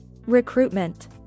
Recruitment